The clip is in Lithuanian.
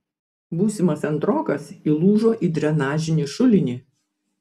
būsimas antrokas įlūžo į drenažinį šulinį